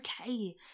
okay